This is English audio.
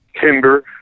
timber